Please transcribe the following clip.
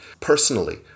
personally